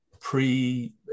pre